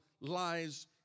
lies